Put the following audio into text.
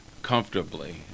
comfortably